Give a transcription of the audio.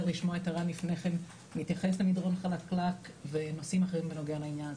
לשמוע את ערן לפני כן מתייחס למדרון חלקלק ונושאים אחרים בנוגע לעניין.